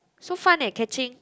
so fun leh catching